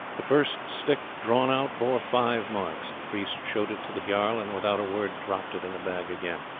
the first stick drawn out bore five marks the priest showed it to the jarl, and without a word dropped it in the bag again.